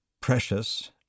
precious